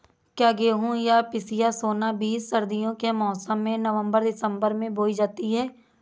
क्या गेहूँ या पिसिया सोना बीज सर्दियों के मौसम में नवम्बर दिसम्बर में बोई जाती है?